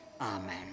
Amen